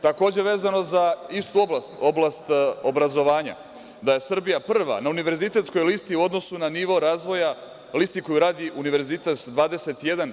Takođe, vezano za istu oblast, oblast obrazovanja, Srbija je prava na Univerzitetskoj listi u odnosu na nivo razvoja, lista koju radi „Univerzitet 21“